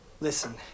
Listen